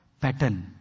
pattern